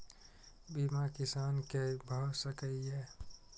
बीमा किसान कै भ सके ये?